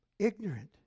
Ignorant